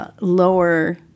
lower